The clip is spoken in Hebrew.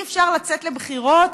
אי-אפשר לצאת לבחירות,